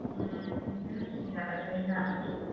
ᱵᱮᱥ ᱧᱮᱞ ᱟᱹᱜᱩᱭᱟᱹᱧ ᱦᱟᱜ ᱛᱚᱵᱮ